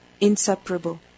inseparable